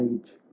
age